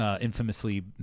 Infamously